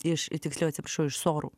iš tiksliau atsiprašau iš sorų